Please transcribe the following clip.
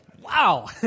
Wow